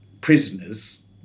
prisoners